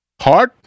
hot